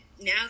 now